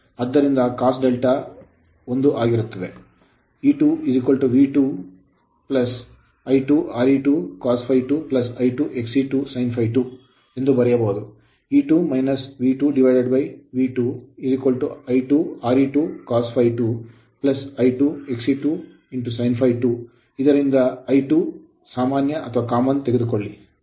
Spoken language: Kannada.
ಆದ್ದರಿಂದ cos ∂1 ಆದ್ದರಿಂದ E2 V2 ಈ ಪದ I2 Re2 cos ∅2 I2 Xe2 sin ∅2 ಅಥವಾ ನಾವು ಬರೆಯಬಹುದು V2 I2 Re2 cos ∅2 I2 Xe2 sin ∅2 ಇದರಿಂದ I2 common ಸಾಮಾನ್ಯ ತೆಗೆದುಕೊಳ್ಳುತ್ತದೆ